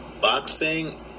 Boxing